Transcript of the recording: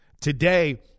today